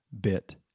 bit